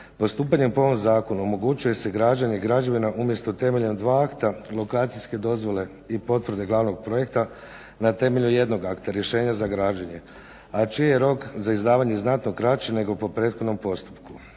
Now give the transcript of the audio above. po ovom zakonu omogućuje se građenje i građevina umjesto temeljem dva akta lokacijske dozvole i potvrde glavnog projekta na temelju jednog akta rješenja za građenje, a čiji je rok za izdavanje znatno kraći nego po prethodnom postupku.